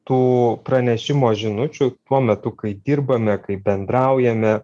tų pranešimo žinučių tuo metu kai dirbame kai bendraujame